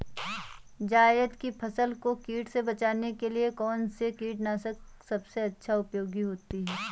जायद की फसल को कीट से बचाने के लिए कौन से कीटनाशक सबसे ज्यादा उपयोगी होती है?